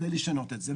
כדי לשנות את זה.